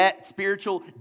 spiritual